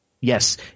Yes